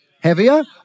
Heavier